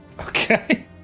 Okay